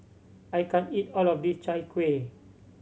I can't eat all of this Chai Kuih